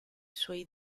sui